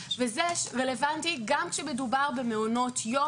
וזה רלוונטי גם כמדובר במעונות יום,